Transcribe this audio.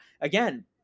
Again